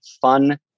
fun